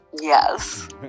Yes